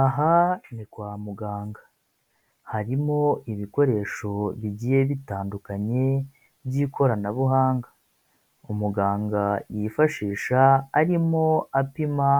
Aha ni kwa muganga harimo ibikoresho bigiye bitandukanye by'ikoranabuhanga, umuganga yifashisha arimo apima